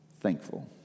Thankful